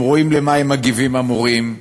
הם רואים על מה הם מגיבים, המורים.